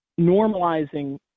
normalizing